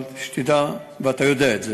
אבל שתדע, ואתה יודע את זה,